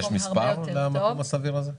יש מספר למקום הסביר הזה?